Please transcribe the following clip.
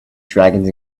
dragons